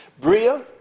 Bria